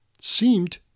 seemed